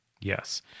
Yes